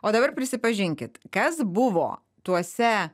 o dabar prisipažinkit kas buvo tuose